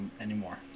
anymore